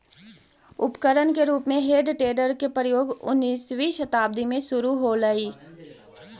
उपकरण के रूप में हेइ टेडर के प्रयोग उन्नीसवीं शताब्दी में शुरू होलइ